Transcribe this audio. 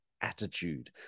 attitude